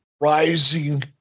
rising